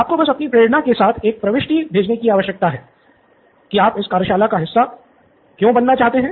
आपको बस अपनी प्रेरणा के साथ एक प्रविष्टि भेजने की आवश्यकता है कि आप इस कार्यशाला का हिस्सा क्यों बनना चाहते हैं